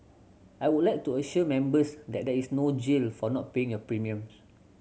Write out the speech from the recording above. I would like to assure Members that there is no jail for not paying your premiums